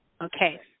Okay